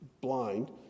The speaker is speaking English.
blind